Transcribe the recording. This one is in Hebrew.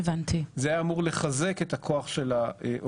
זה היה אמור לחזק את הכוח של העובדים,